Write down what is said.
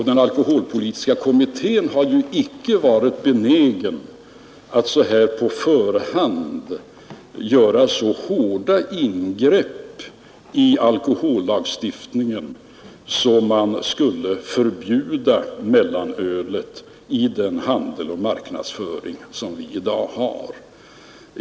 Denna har ju icke varit benägen att på förhand göra så hårda ingrepp i alkohollagstiftningen att man skulle förbjuda mellanölet i den handel och marknadsföring som vi i dag har.